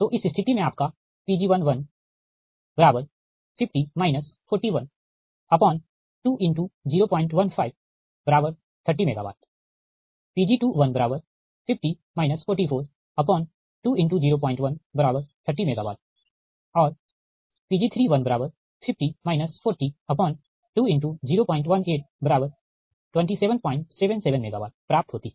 तो इस स्थिति में आपका Pg150 412×01530 MW Pg250 442×0130 MW और Pg350 402×0182777 MW प्राप्त होती हैं